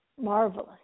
marvelous